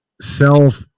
self